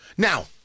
Now